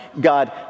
God